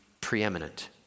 preeminent